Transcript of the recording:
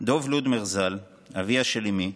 דב לודמיר, ז"ל, אביה של אימי,